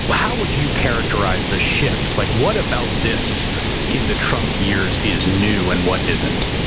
how would you characterize the shift? like what about this in the trump years is new and what isn't?